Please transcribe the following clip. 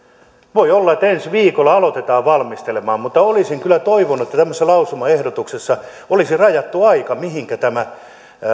voi olla että ensi viikolla aletaan valmistelemaan mutta olisin kyllä toivonut että tämmöisessä lausumaehdotuksessa olisi rajattu aika mihinkä tämän